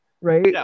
Right